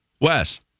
Wes